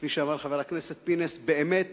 שכפי שאמר חבר הכנסת פינס, באמת